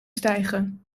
stijgen